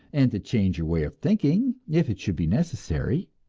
and to change your way of thinking if it should be necessary.